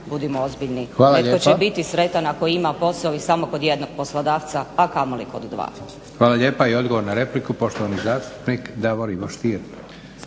budimo ozbiljno netko će biti sretan ako će imati posao i samo kod jednog poslodavca, a kamoli kod dva. **Leko, Josip (SDP)** Hvala lijepa. I odgovor na repliku poštovani